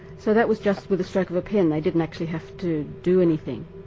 so that was just with the stroke of a pen, they didn't actually have to do anything.